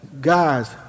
Guys